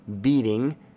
beating